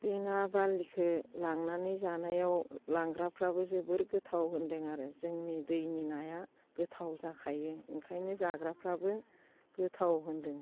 बे ना बारलिखौ लांनानै जानायाव लांग्राफोराबो जोबोद गोथाव होनदों आरो जोंनि दैनि नाया गोथाव जाखायो ओंखायनो जाग्राफ्राबो गोथाव होनदों